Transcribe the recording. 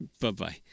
Bye-bye